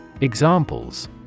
Examples